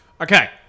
Okay